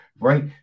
right